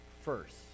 first